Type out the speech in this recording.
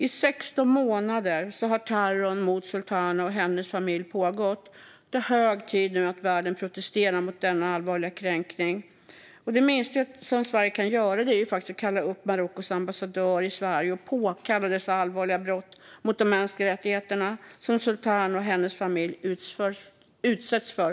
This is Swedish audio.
Terrorn mot Sultana Khaya och hennes familj har pågått i 16 månader. Det är nu hög tid att världen protesterar mot denna allvarliga kränkning. Det minsta Sverige kan göra är att kalla upp Marockos ambassadör i Sverige och påkalla de allvarliga brott mot de mänskliga rättigheterna som Sultana Khaya och hennes familj dagligen utsätts för.